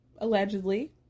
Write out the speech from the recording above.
allegedly